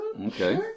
Okay